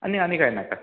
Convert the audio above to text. आनी आनी कांय नाका